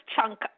chunk